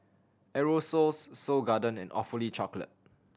Aerosoles Seoul Garden and Awfully Chocolate